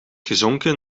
gezonken